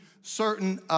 certain